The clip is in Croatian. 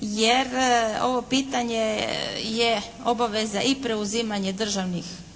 jer ovo pitanje je obaveza i preuzimanje državnih